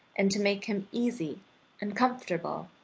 and to make him easy and comfortable.